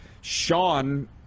Sean